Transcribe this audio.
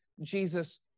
Jesus